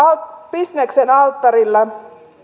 bisneksen alttarille